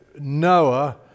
Noah